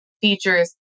features